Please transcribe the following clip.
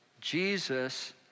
Jesus